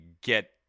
get